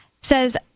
says